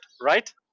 Right